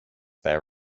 their